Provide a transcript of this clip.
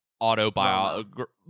autobiography